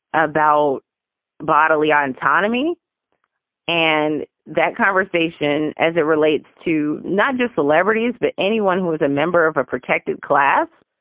about bodily autonomy and that conversation as it relates to not just celebrities, but anyone who is a member of a protected class,